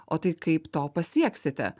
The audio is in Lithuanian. o tai kaip to pasieksite